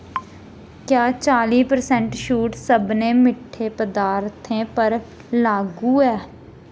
क्या चाली परसैंट छूट सभनें मिट्ठे पदार्थें पर लागू ऐ